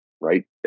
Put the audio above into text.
right